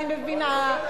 אני מבינה,